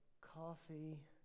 Coffee